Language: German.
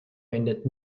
wendet